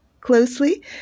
closely